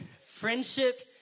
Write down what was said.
Friendship